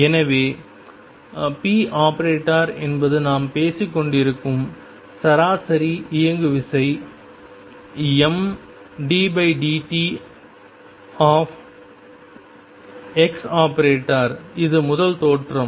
எனவே ⟨p⟩ என்பது நாம் பேசிக்கொண்டிருக்கும் சராசரி இயங்குவிசை mddt⟨x⟩ இது முதல் தேற்றம்